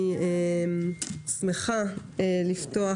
אני שמחה לפתוח